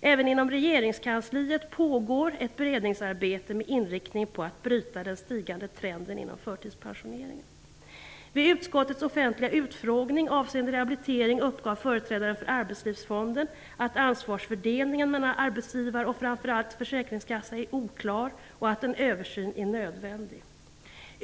Även inom regeringskansliet pågår ett beredningsarbete med inriktning på att bryta den stigande trenden inom förtidspensioneringen. Arbetslivsfonden att ansvarsfördelningen mellan arbetsgivare och framför allt försäkringskassa är oklar och att en översyn är nödvändig.